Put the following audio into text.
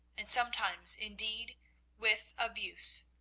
and sometimes indeed with abuse.